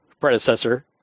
predecessor